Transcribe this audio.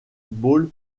ball